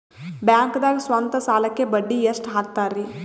ಬ್ಯಾಂಕ್ದಾಗ ಸ್ವಂತ ಸಾಲಕ್ಕೆ ಬಡ್ಡಿ ಎಷ್ಟ್ ಹಕ್ತಾರಿ?